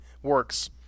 works